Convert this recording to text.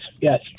yes